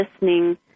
listening